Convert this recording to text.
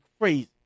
crazy